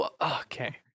Okay